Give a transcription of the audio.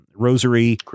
Rosary